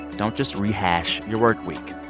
don't just rehash your workweek